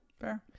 Fair